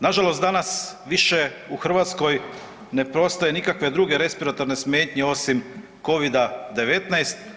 Na žalost, danas više u Hrvatskoj ne postoje nikakve druge respiratorne smetnje osim Covid-19.